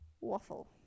waffle